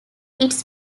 its